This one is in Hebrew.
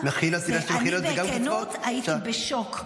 אני בכנות הייתי בשוק.